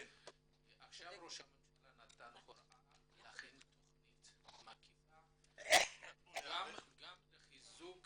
עכשיו ראש הממשלה נתן הוראה להכין תכנית מקיפה גם לחיזוק